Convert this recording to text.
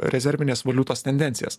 rezervinės valiutos tendencijas